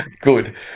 Good